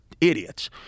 idiots